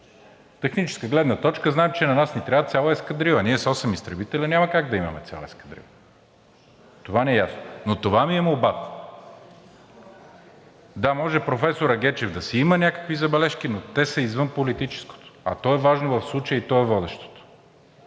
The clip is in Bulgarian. Техническа гледна точка – знаем, че на нас ни трябва цяла ескадрила, ние с осем изтребителя няма как да имаме цяла ескадрила – това ни е ясно, но това ми е молбата. Да, може професорът Гечев да си има някакви забележки, но те са извън политическото, а то е важно в случая и то е водещото.